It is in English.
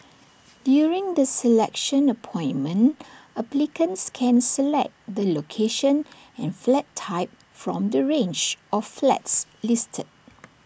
during the selection appointment applicants can select the location and flat type from the range of flats listed